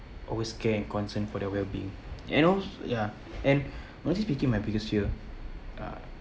always care and concern for their wellbeing and al~ ya and honestly speaking my biggest fear uh